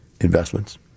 investments